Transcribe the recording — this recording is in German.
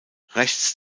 rechts